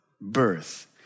birth